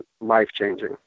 life-changing